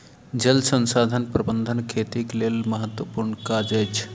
जल संसाधन प्रबंधन खेतीक लेल महत्त्वपूर्ण काज अछि